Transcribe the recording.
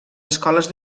escoles